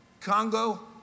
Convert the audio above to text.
Congo